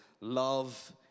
Love